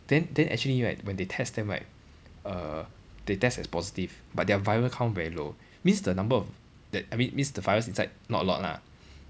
then then actually right when they test them right err they test as positive but their viral count very low means the number of that I mean means the virus inside not a lot lah